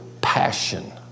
passion